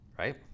Right